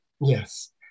yes